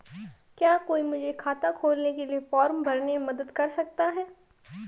क्या कोई मुझे खाता खोलने के लिए फॉर्म भरने में मदद कर सकता है?